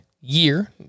year